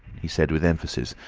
he said with emphasis,